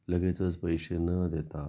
लगेचच पैसे न देता